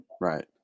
Right